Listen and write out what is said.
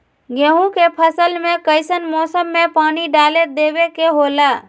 गेहूं के फसल में कइसन मौसम में पानी डालें देबे के होला?